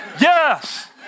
Yes